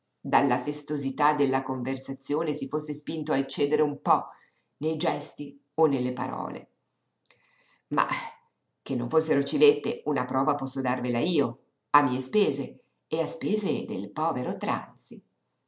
dalla festosità della conversazione si fosse sentito spinto a eccedere un po nei gesti o nelle parole ma che non fossero civette una prova posso darvela io a mie spese e a spese del povero tranzi